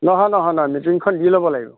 নহয় নহয় নহয় মিটিংখন দি ল'ব লাগিব